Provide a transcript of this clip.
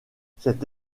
cette